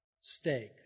steak